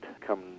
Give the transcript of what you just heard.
come